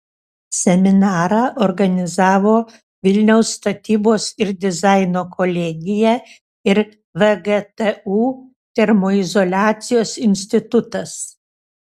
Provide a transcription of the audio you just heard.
seminarą organizavo vilniaus statybos ir dizaino kolegija ir vgtu termoizoliacijos institutas